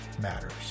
matters